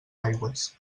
aigües